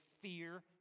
fear